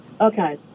Okay